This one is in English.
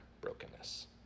brokenness